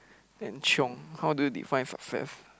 then chiong how do you define success